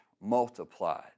multiplied